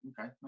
okay